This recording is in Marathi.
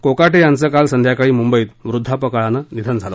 कोकाटे यांचं काल संध्याकाळी मुंबईत वृद्धापकाळानं निधन झालं